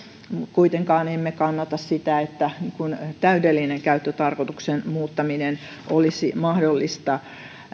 kuitenkaan emme kannata sitä että täydellinen käyttötarkoituksen muuttaminen olisi mahdollista